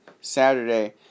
saturday